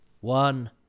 one